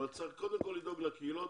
אבל צריך קודם כל לדאוג לקהילות.